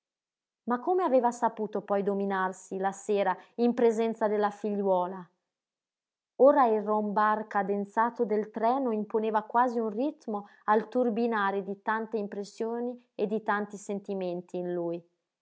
ma come aveva saputo poi dominarsi la sera in presenza della figliuola ora il rombar cadenzato del treno imponeva quasi un ritmo al turbinare di tante impressioni e di tanti sentimenti in lui